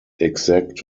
exact